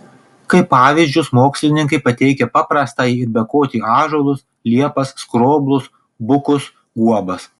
kaip pavyzdžius mokslininkai pateikia paprastąjį ir bekotį ąžuolus liepas skroblus bukus guobas